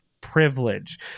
privilege